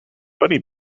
bunny